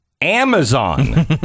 Amazon